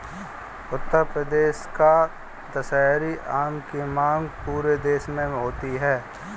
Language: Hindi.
उत्तर प्रदेश का दशहरी आम की मांग पूरे देश में होती है